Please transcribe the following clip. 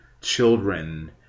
children